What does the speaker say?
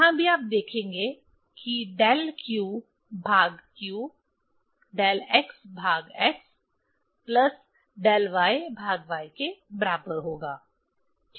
यहाँ भी आप देखेंगे कि डेल q भाग q डेल x भाग x प्लस डेल y भाग y के बराबर होगा ठीक